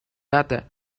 data